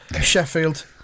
Sheffield